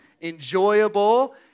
enjoyable